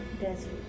desert